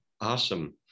Awesome